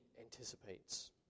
anticipates